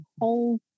whole